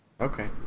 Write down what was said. Okay